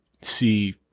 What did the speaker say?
see